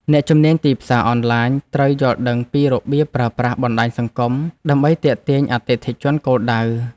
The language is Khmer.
អ្នកជំនាញទីផ្សារអនឡាញត្រូវយល់ដឹងពីរបៀបប្រើប្រាស់បណ្តាញសង្គម ដើម្បីទាក់ទាញអតិថិជនគោលដៅ។